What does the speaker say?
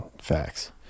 facts